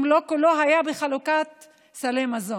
אם לא כולו, היה בחלוקת סלי מזון.